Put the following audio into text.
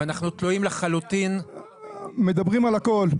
ואנחנו תלויים לחלוטין --- מדברים על הכל.